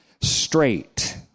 straight